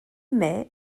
mai